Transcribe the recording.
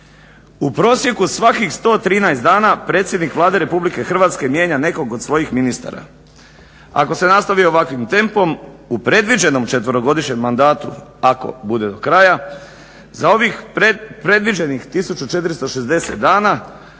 U prosjeku svakih 113 dana predsjednik Vlade RH mijenja nekog od svojih ministara. Ako se nastavi ovakvim tempom u predviđenom 4-godišnjem mandatu ako bude do kraja za ovih predviđenih 1460 dana